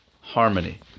harmony